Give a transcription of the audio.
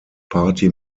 party